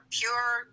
pure